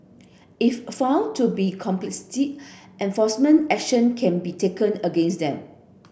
if found to be complicit enforcement action can be taken against them